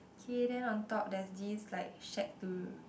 okay then on top there is this like shack to